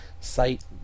site